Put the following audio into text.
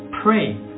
pray